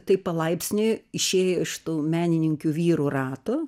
taip palaipsniui išėjo iš tų menininkių vyrų rato